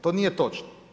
To nije točno.